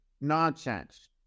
nonsense